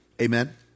Amen